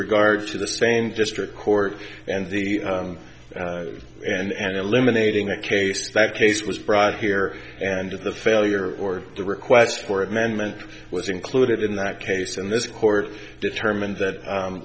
regard to the same district court and the and eliminating a case by case was brought here and the failure or the request for an amendment was included in that case and this court determined that